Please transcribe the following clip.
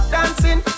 Dancing